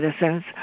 citizens